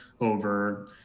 over